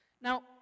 Now